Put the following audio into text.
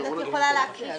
אז את יכולה להקריא שוב?